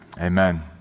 Amen